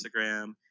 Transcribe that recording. Instagram